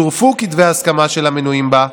ויצורפו כתבי הסכמה של המנויים בה.